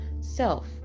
self